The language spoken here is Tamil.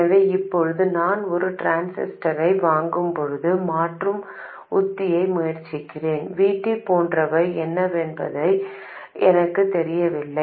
எனவே இப்போது நான் ஒரு டிரான்சிஸ்டரை வாங்கும்போது மாற்று உத்தியை முயற்சிக்கிறேன் V T போன்றவை என்னவென்று எனக்குத் தெரியவில்லை